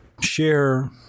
share